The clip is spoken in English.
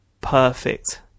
perfect